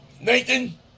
nathan